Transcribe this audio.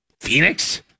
Phoenix